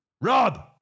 Rob